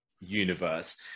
universe